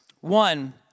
One